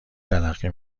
تلقی